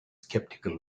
skeptical